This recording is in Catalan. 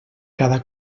cada